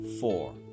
four